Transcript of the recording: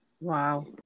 Wow